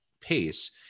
Pace